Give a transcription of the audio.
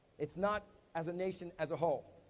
it's not as a nation as a whole.